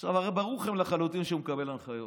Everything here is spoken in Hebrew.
עכשיו, הרי ברור לכם לחלוטין שהוא מקבל הנחיות.